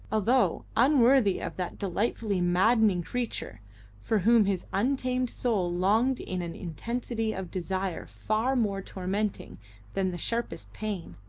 although unworthy of that delightfully maddening creature for whom his untamed soul longed in an intensity of desire far more tormenting than the sharpest pain.